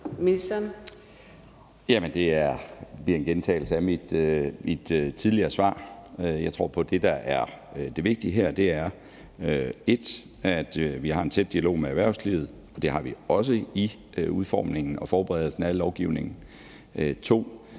det er en gentagelse af mit tidligere svar. Jeg tror på, at det, der er det vigtige her, er 1) at vi har en tæt dialog med erhvervslivet, og det har vi også i udformningen og forberedelsen af lovgivningen,